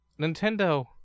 Nintendo